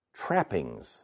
trappings